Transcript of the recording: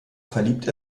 verliebt